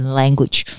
language